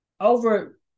Over